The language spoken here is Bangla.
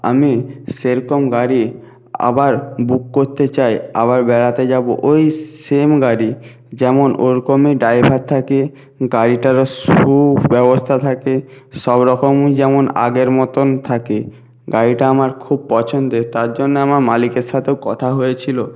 আমি সেরকম গাড়ি আবার বুক করতে চাই আবার বেড়াতে যাব ওই সেম গাড়ি যেমন ওরকমই ড্রাইভার থাকে গাড়িটারও সুব্যবস্থা থাকে সব রকমই যেমন আগের মতন থাকে গাড়িটা আমার খুব পছন্দের তার জন্য আমার মালিকের সাথেও কথা হয়েছিল